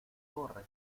corre